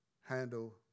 handle